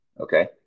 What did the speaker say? Okay